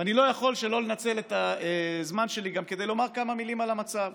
ואני לא יכול שלא לנצל את הזמן שלי גם כדי לומר כמה מילים על המצב.